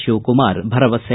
ಶವಕುಮಾರ್ ಭರವಸೆ